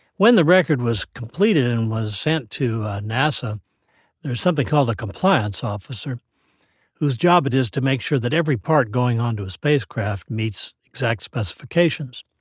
when the record was completed and was sent to nasa there's something called a compliance officer whose job it is to make sure that every part going on to a spacecraft meets exact specifications.